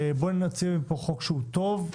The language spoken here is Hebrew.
בואו נוציא מפה חוק טוב.